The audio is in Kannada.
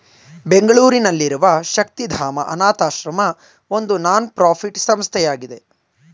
ಬೆಂಗಳೂರಿನಲ್ಲಿರುವ ಶಕ್ತಿಧಾಮ ಅನಾಥಶ್ರಮ ಒಂದು ನಾನ್ ಪ್ರಫಿಟ್ ಸಂಸ್ಥೆಯಾಗಿದೆ